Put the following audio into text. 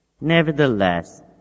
Nevertheless